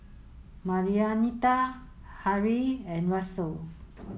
Marianita Harrie and Russel